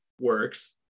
works